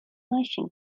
მაშინ